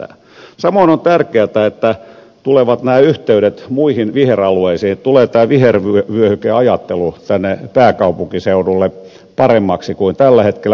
samoin on tärkeätä että tulevat nämä yhteydet muihin viheralueisiin että tulee tämä vihervyöhykeajattelu tänne pääkaupunkiseudulle paremmaksi kuin tällä hetkellä